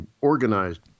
organized